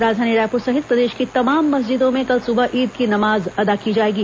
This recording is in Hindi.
राजधानी रायपुर सहित प्रदेश की तमाम मस्जिदों में कल सुबह ईद की नमाज अदा की जाएगी